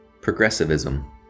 progressivism